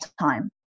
time